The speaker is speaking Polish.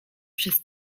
przez